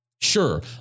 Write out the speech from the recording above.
Sure